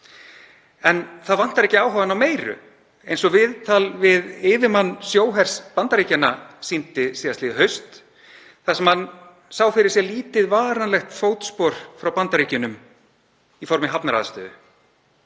En það vantar ekki áhugann á meiru, eins og viðtal við yfirmann sjóhers Bandaríkjanna sýndi síðastliðið haust þar sem hann sá fyrir sér lítið, varanlegt fótspor frá Bandaríkjunum í formi hafnaraðstöðu.